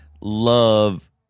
love